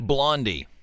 Blondie